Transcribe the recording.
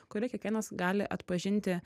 kurioj kiekvienas gali atpažinti